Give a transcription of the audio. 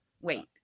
wait